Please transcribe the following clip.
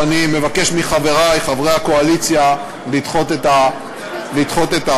ואני מבקש מחברי חברי הקואליציה לדחות את ההצעה.